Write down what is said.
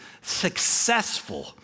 successful